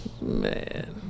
Man